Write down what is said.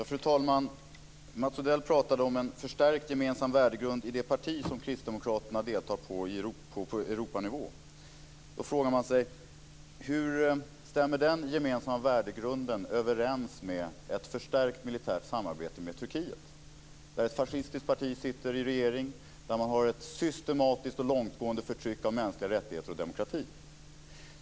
Fru talman! Mats Odell pratade om en förstärkt gemensam värdegrund i det parti som kristdemokraterna deltar i på Europanivå. Då frågar man sig: Hur stämmer den gemensamma värdegrunden överens med ett förstärkt militärt samarbete med Turkiet? Där sitter ett fascistiskt parti i regering och man har ett systematiskt och långtgående förtryck av mänskliga rättigheter och demokrati.